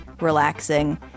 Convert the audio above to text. relaxing